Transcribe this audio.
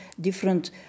different